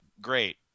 great